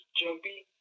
jumpy